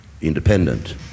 independent